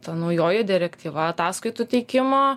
ta naujoji direktyva ataskaitų teikimo